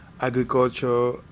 agriculture